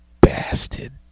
bastard